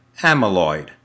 amyloid